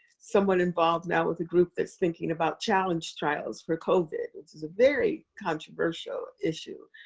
somewhat involved now with a group that's thinking about challenge trials for covid, which is a very controversial issue.